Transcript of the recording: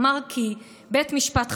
אמר כי בית משפט חזק,